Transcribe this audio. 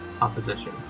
opposition